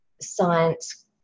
science